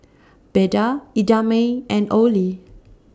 Beda Idamae and Olie